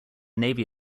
navy